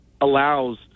allows